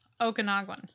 Okanagan